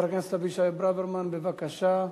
חבר הכנסת אבישי ברוורמן, בבקשה.